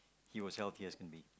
he was healthy as can be